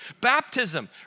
Baptism